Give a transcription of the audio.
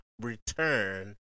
return